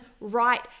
right